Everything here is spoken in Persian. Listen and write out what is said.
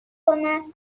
کمک